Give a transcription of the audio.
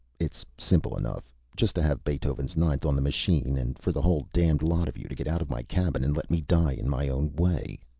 it's simple enough just to have beethoven's ninth on the machine and for the whole damned lot of you to get out of my cabin and let me die in my own way!